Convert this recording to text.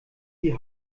die